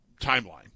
timeline